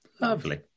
Lovely